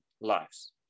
lives